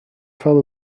fell